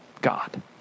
God